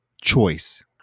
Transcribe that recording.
choice